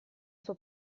suo